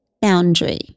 boundary